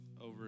over